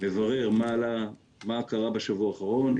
מברר מה קרה בשבוע האחרון.